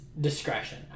discretion